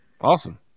Awesome